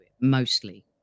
mostly